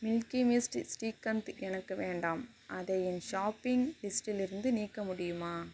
milky Mist shrikhand எனக்கு வேண்டாம் அதை என் ஷாப்பிங் லிஸ்டிலிருந்து நீக்க முடியுமா